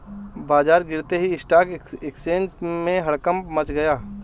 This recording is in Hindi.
बाजार गिरते ही स्टॉक एक्सचेंज में हड़कंप मच गया